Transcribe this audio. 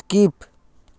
skip